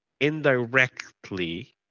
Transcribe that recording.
indirectly